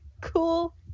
cool